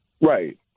Right